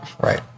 Right